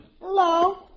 Hello